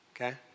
Okay